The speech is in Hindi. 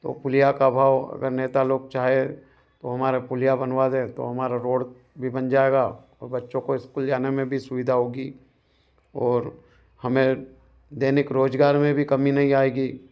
तो पुलिया का अभाव अगर नेता लोग चाहे तो हमारी पुलिया बनवा दे तो हमारी रोड भी बन जाएगी तो बच्चों को स्कूल जाने में भी सुविधा होगी और हमें दैनिक रोज़गार में भी कमी नहीं आएगी